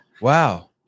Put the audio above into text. Wow